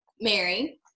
Mary